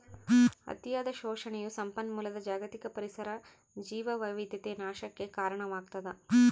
ಅತಿಯಾದ ಶೋಷಣೆಯು ಸಂಪನ್ಮೂಲದ ಜಾಗತಿಕ ಪರಿಸರ ಜೀವವೈವಿಧ್ಯತೆಯ ನಾಶಕ್ಕೆ ಕಾರಣವಾಗ್ತದ